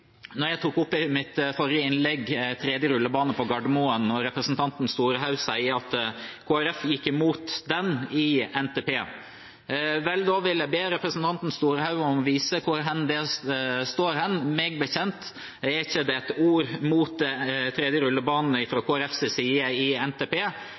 når jeg tok opp i mitt forrige innlegg en tredje rullebane på Gardermoen – at Kristelig Folkeparti gikk imot den i NTP. Vel, da vil jeg be representanten Storehaug om å vise hvor det står. Meg bekjent er det ikke ett ord imot en tredje rullebane fra Kristelig Folkepartis side i NTP.